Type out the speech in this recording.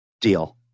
Deal